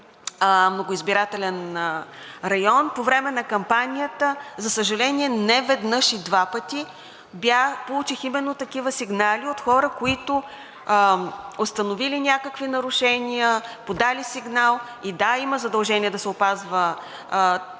многоизбирателен район по време на кампанията, за съжаление, неведнъж и два пъти получих именно такива сигнали от хора, които установили някакви нарушения, подали сигнал – и, да, има задължение да се опазва